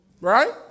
right